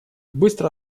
быстро